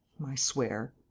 i swear.